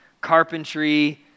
carpentry